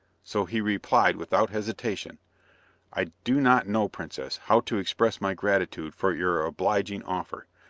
so he replied without hesitation i do not know, princess, how to express my gratitude for your obliging offer,